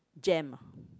jam ah